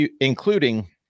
including